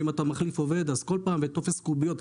ואם אתה מחליף עובד אז כל פעם, וטופס קוביות.